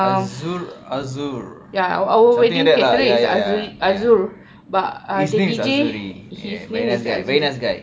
azur azur something like that lah ya ya ya his name is azuri ya very nice guy very nice guy